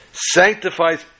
sanctifies